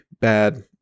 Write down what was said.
bad